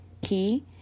key